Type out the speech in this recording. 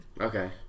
Okay